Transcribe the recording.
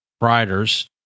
riders